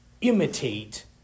imitate